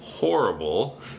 Horrible